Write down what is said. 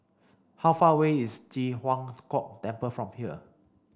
how far away is Ji Huang Kok Temple from here